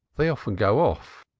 they often go off.